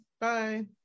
Bye